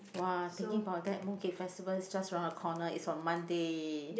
!wah! thinking bout that Mooncake Festival is just around the corner it's on Monday